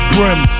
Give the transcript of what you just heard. Brim